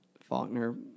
faulkner